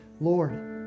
Lord